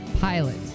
pilot